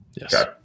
Yes